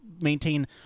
maintain